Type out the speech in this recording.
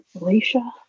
Alicia